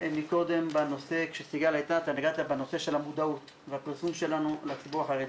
וזה חלק מהרוח שציינתי בתחילת דבריי,